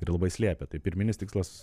ir labai slėpė tai pirminis tikslas